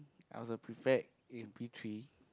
I was a prefect in P three